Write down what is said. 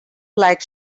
like